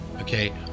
okay